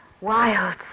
Wild